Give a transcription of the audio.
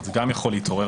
גם יכול להתעורר.